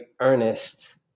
earnest